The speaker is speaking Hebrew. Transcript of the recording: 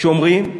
שומרים,